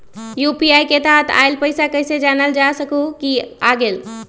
UPI के तहत आइल पैसा कईसे जानल जा सकहु की आ गेल?